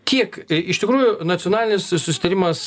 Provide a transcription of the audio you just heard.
kiek iš tikrųjų nacionalinis susitarimas